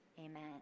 Amen